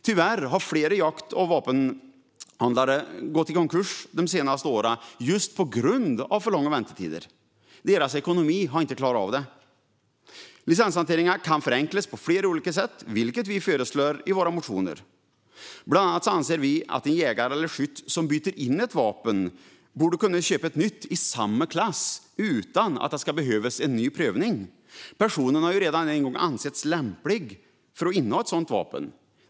Tyvärr har flera jakt och vapenhandlare gått i konkurs de senaste åren just på grund av för långa väntetider. Deras ekonomi har inte klarat av det. Licenshanteringen kan förenklas på flera olika sätt, vilket vi föreslår i våra motioner. Bland annat anser vi att en jägare eller skytt som byter in ett vapen borde kunna köpa ett nytt i samma klass utan att det ska behövas en ny prövning. Personen har ju redan en gång ansetts lämplig att inneha ett sådant vapen.